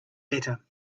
letter